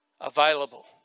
available